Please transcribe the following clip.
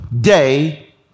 day